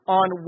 on